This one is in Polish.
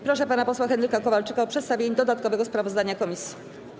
Proszę pana posła Henryka Kowalczyka o przedstawienie dodatkowego sprawozdania komisji.